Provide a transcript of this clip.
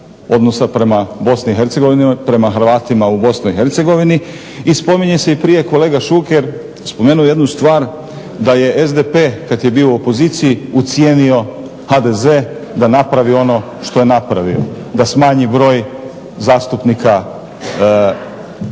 odnosa prema Bosni i Hercegovini, prema Hrvatima u Bosni i Hercegovini. I spominje se i prije kolega Šuker, kolega Šuker spomenuo je jednu stvar da je SDP kad je bio u opoziciji ucijenio HDZ da napravi ono što je napravio, da smanji broj zastupnika